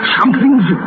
Something's